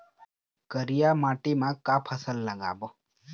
करिया माटी म का फसल लगाबो?